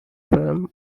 firm